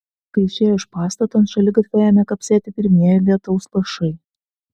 kai išėjo iš pastato ant šaligatvio ėmė kapsėti pirmieji lietaus lašai